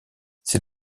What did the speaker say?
c’est